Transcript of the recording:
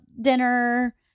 dinner